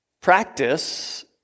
Practice